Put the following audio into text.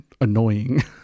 annoying